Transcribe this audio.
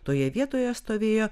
toje vietoje stovėjo